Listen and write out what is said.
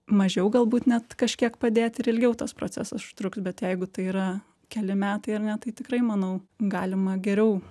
mažiau galbūt net kažkiek padėti ir ilgiau tas procesas užtruks bet jeigu tai yra keli metai ar ne tai tikrai manau galima geriau